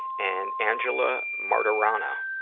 and angela martarana